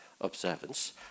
observance